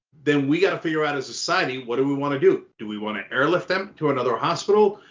then we got to figure out as a society, what do we wanna do? do we wanna airlift them to another hospital?